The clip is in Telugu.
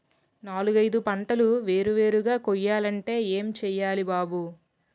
నాలుగైదు పంటలు వేరు వేరుగా కొయ్యాలంటే ఏం చెయ్యాలి బాబూ